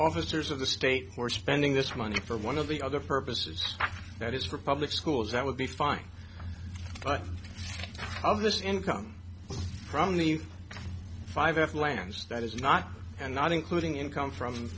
officers of the state for spending this money for one of the other purposes that is for public schools that would be fine but all of this income from the five f lands that is not and not including income from